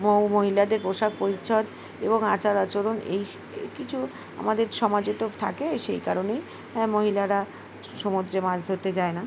মৌ মহিলাদের পোশাক পরিচ্ছদ এবং আচার আচরণ এই কিছু আমাদের সমাজে তো থাকে সেই কারণেই মহিলারা সমুদ্রে মাছ ধরতে যায় না